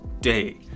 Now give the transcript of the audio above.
day